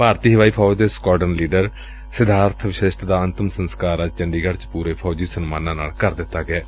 ਭਾਰਤੀ ਹਵਾਈ ਫੌਜ ਦੇ ਸੁਕਾਡਰਨ ਲੀਡਰ ਸਿਧਾਰਥ ਵਸ਼ਿਸ਼ਟ ਦਾ ਅੰਤਮ ਸੰਸਕਾਰ ਅੱਜ ਚੰਡੀਗੜ੍ਸ ਚ ਪੁਰੇ ਫੌਜੀ ਸਨਮਾਨਾਂ ਨਾਲ ਕਰ ਦਿੱਤਾ ਗਿਐ